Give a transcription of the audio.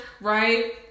right